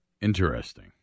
Interesting